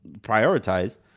prioritize